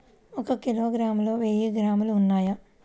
ఒక కిలోగ్రామ్ లో వెయ్యి గ్రాములు ఉన్నాయి